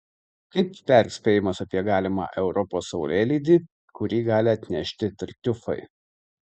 kaip perspėjimas apie galimą europos saulėlydį kurį gali atnešti tartiufai